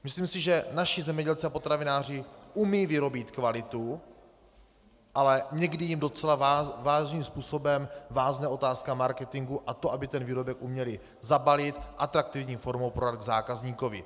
Myslím si, že naši zemědělci a potravináři umějí vyrobit kvalitu, ale někdy jim docela vážným způsobem vázne otázka marketingu a to, aby výrobek uměli zabalit, atraktivní formou prodat zákazníkovi.